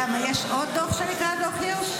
למה, יש עוד דוח שנקרא הירש?